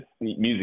music